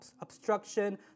obstruction